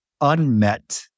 unmet